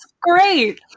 Great